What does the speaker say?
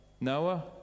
Noah